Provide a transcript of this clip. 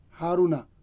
Haruna